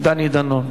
לקריאה ראשונה,